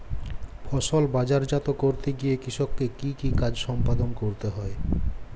ফসল বাজারজাত করতে গিয়ে কৃষককে কি কি কাজ সম্পাদন করতে হয়?